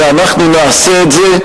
ואנחנו נעשה את זה.